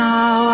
Now